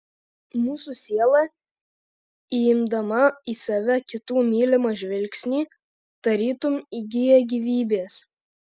mūsų siela įimdama į save kitų mylimą žvilgsnį tarytum įgyja gyvybės